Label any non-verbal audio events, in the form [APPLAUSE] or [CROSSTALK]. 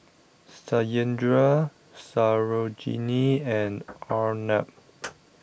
Satyendra Sarojini and Arnab [NOISE]